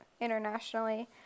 internationally